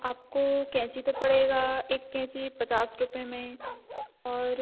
आपको कैंची तो पड़ेगा एक कैंची पचास रुपये में और